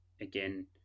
again